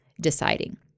deciding